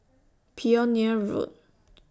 Pioneer Road